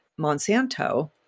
Monsanto